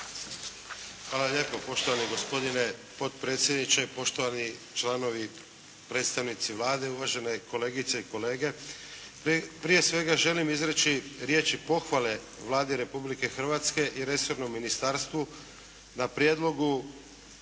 Hvala lijepo. Poštovani gospodine potpredsjedniče, poštovani članovi predstavnici Vlade, uvažene kolegice i kolege. Prije svega želim izreći riječi pohvale Vladi Republike Hrvatske i resornom ministarstvu na prijedlogu